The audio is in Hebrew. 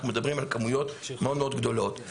אנחנו מדברים על כמויות מאוד גדולות.